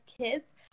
kids